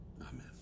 Amen